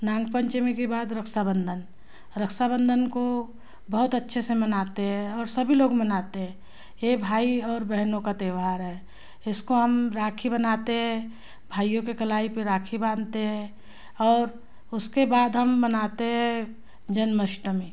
नागपंचमी के बाद रक्षाबंधन रक्षाबंधन को बहुत अच्छे से मनाते हैं और अभी लोग मनाते हैं यह भाई और बहनों का त्योहार है इसको हम राखी बनाते है भाइयों के कलाई पर राखी बांधते हैं और उसके बाद हम मनाते है जन्माअष्टमी